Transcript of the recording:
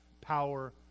power